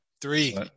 Three